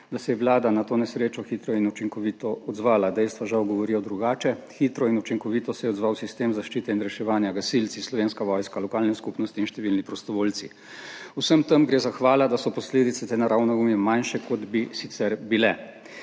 da se je vlada na to nesrečo hitro in učinkovito odzvala. Dejstva žal govorijo drugače. Hitro in učinkovito se je odzval sistem zaščite in reševanja, gasilci, Slovenska vojska, lokalne skupnosti in številni prostovoljci. Vsem tem gre zahvala, da so posledice te naravne ujme manjše, kot bi sicer bile.